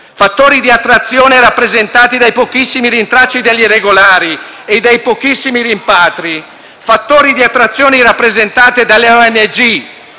Fattori di attrazione rappresentati dai pochissimi rintracci degli irregolari e dai pochissimi rimpatri; fattori di attrazione rappresentati dalle ONG,